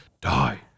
die